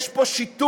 יש פה שיתוף,